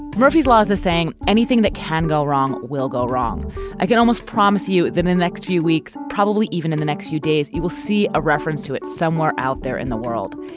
murphy's law as the saying anything that can go wrong will go wrong i can almost promise you that the next few weeks, probably even in the next few days, you will see a reference to it somewhere out there in the world.